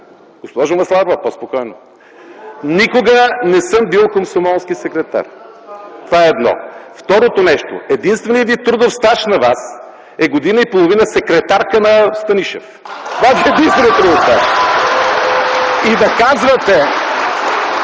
Госпожо Масларова, по-спокойно! Никога не съм бил комсомолски секретар. Това е едно. Второто нещо – единственият Ви трудов стаж на Вас е година и половина секретарка на Станишев. Това е единственият Ви трудов стаж. (Бурни